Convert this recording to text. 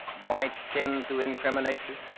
might intend to incriminate you?